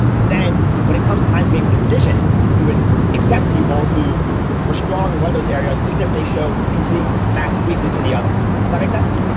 but then when it comes time to make a decision, you would accept people who were strong in one of those areas even if they showed complete massive weakness than the other. does that make sense?